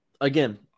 again